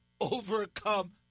overcome